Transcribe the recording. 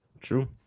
True